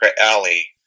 alley